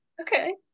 Okay